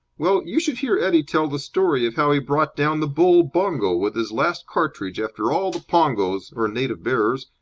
well, you should hear eddie tell the story of how he brought down the bull bongo with his last cartridge after all the pongos, or native bearers,